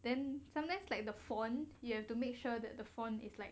then sometimes like the font you have to make sure that the font is like